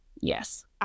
Yes